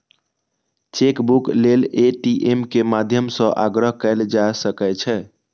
chequebook लेल ATM के माध्यम सं आग्रह कैल जा सकै छै